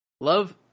love